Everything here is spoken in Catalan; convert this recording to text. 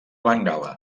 bengala